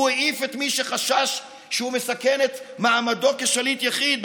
הוא העיף את מי שהוא חשש שמסכן את מעמדו כשליט יחיד,